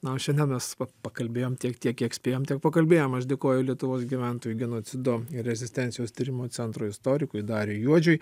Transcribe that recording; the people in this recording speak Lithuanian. na o šiandien mes pakalbėjom tiek tiek kiek spėjom tiek pakalbėjom aš dėkoju lietuvos gyventojų genocido ir rezistencijos tyrimų centro istorikui dariui juodžiui